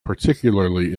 particularly